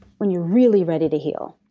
when you're really ready to heal,